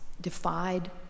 defied